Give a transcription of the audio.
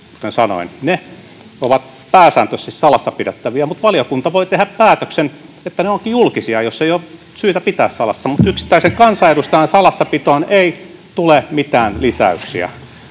Kuten sanoin, ne ovat pääsääntöisesti salassa pidettäviä, mutta valiokunta voi tehdä päätöksen, että ne ovatkin julkisia, jos ei ole syytä pitää salassa. Mutta yksittäisen kansanedustajat salassapitoon ei tule mitään lisäyksiä.